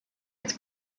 its